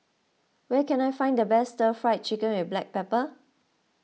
where can I find the best Stir Fried Chicken with Black Pepper